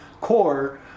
core